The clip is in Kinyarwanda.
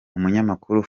umunyamakuru